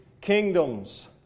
kingdoms